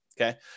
okay